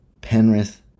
Penrith